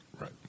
Right